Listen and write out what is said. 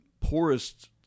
poorest